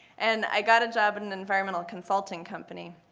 and i got a job in an environmental consulting company.